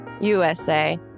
USA